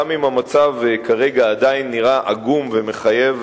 גם אם המצב כרגע עדיין נראה עגום ומחייב